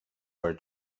were